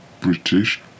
British